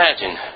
imagine